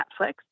Netflix